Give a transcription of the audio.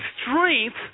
strength